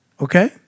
Okay